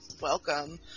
welcome